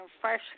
fresh